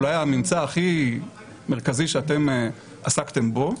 אולי הממצא הכי מרכזי שאתם עסקתם בו,